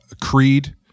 creed